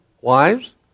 wives